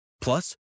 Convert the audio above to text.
Plus